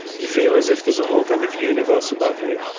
you feel as if there's a whole kind of universe above you